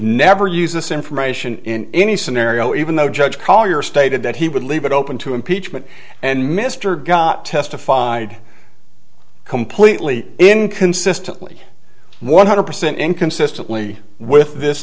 never use this information in any scenario even though judge collier stated that he would leave it open to impeachment and mr got testified completely inconsistently one hundred percent inconsistently with this